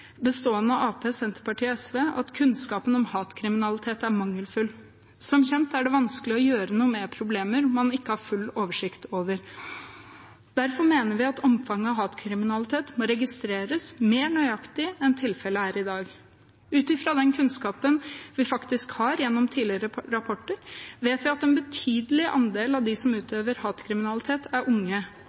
bestående av Arbeiderpartiet, Senterpartiet og SV, at kunnskapen om hatkriminalitet er mangelfull. Som kjent er det vanskelig å gjøre noe med problemer man ikke har full oversikt over. Derfor mener vi at omfanget av hatkriminalitet må registreres mer nøyaktig enn tilfellet er i dag. Ut ifra den kunnskapen vi faktisk har gjennom tidligere rapporter, vet vi at en betydelig andel av dem som utøver hatkriminalitet, er unge.